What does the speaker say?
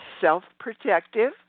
Self-Protective